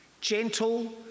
gentle